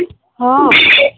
ହଁ